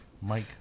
Mike